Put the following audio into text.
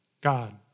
God